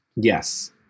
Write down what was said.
Yes